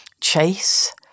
chase